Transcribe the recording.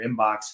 inbox